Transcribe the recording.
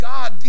God